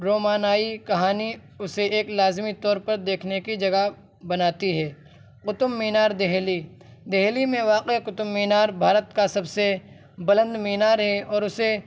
رومانائی کہانی اسے ایک لازمی طور پر دیکھنے کی جگہ بناتی ہے قطب مینار دہلی دہلی میں واقع قطب مینار بھارت کا سب سے بلند مینار ہے اور اسے